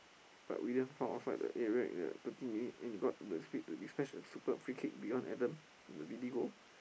but Willian fall outside the area in the thirty minute and got the speed to dispatch a superb free-kick beyond Adam in the Vidi goal